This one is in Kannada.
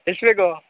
ಎಷ್ಟು ಬೇಕು